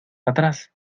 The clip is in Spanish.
atrás